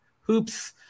Hoops